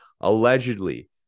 allegedly